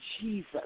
Jesus